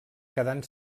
quedant